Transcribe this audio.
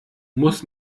muss